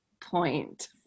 point